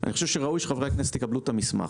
אני חושב שראוי שחברי הכנסת יקבלו את המסמך,